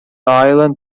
island